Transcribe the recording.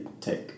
take